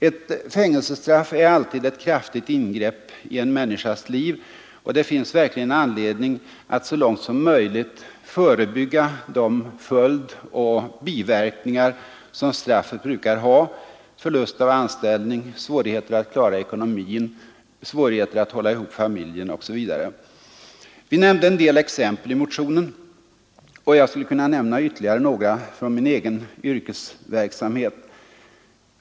Ett fängelsestraff är alltid ett kraftigt ingrepp i en människas liv, och det finns verkligen anledning att så långt möjligt förebygga de följdoch biverkningar som straffet brukar ha: förlust av anställning, svårigheter att klara ekonomin, svårigheter att hålla ihop familjen osv. Vi nämnde en del exempel i motionen, och jag skulle kunna nämna ytterligare några från min egen yrkesverksamhet.